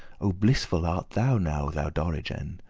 oh, blissful art thou now, thou dorigen!